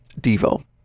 Devo